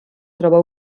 troba